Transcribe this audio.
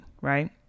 Right